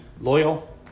loyal